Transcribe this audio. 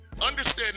Understand